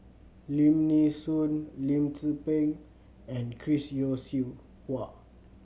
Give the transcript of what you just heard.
Lim Nee Soon Lim Tze Peng and Chris Yeo Siew Hua